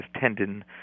tendon